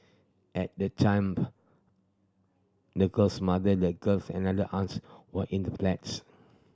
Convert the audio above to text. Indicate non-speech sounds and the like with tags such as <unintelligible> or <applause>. at that time <unintelligible> the girl's mother the girls and another aunt were in the flat